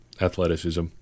athleticism